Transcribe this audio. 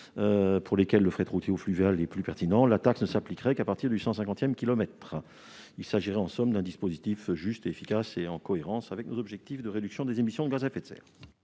pour lesquels le fret routier ou fluvial est plus pertinent, la taxe ne s'appliquerait qu'à partir du cent cinquantième kilomètre. Il s'agit en somme d'un dispositif juste et efficace, en cohérence avec nos objectifs de réduction des émissions de gaz à effet de serre.